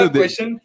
question